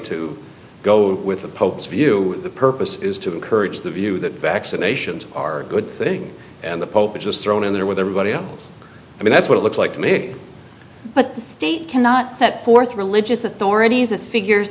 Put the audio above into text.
to go with the pope's view the purpose is to encourage the view that vaccinations are good thing and the pope is just thrown in there with everybody i mean that's what it looks like to me but the state cannot set forth religious authorities as figures